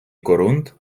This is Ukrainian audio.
корунд